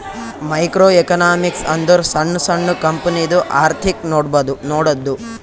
micro economics ಅಂದುರ್ ಸಣ್ಣು ಸಣ್ಣು ಕಂಪನಿದು ಅರ್ಥಿಕ್ ನೋಡದ್ದು